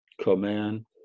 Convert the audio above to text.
command